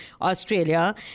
Australia